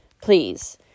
Please